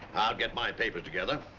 i'll get my papers together.